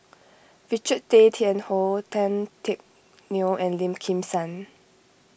Richard Tay Tian Hoe Tan Teck Neo and Lim Kim San